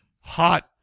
hot